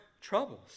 troubles